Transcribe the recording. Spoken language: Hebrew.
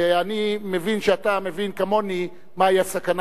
ואני מבין שאתה מבין כמוני מהי הסכנה